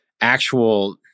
actual